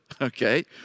okay